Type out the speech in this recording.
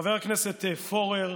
חבר הכנסת פורר,